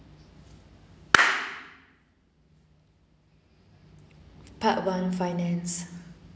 part one finance